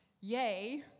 yay